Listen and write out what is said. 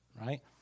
right